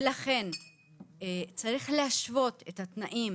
לכן צריך להשוות את התנאים